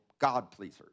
God-pleasers